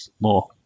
more